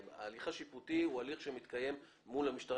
ההליך השיפוטי הוא הליך שמתקיים מול המשטרה